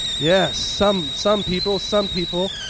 yes, some some people. some people.